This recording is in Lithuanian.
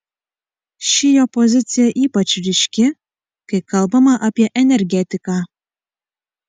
ši jo pozicija ypač ryški kai kalbama apie energetiką